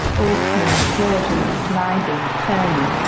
opening, closing, sliding, turning,